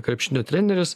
krepšinio treneris